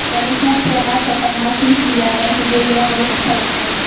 मैंने सूप से अनाज फटकना सीख लिया है मुझे यह बहुत अच्छा लगता है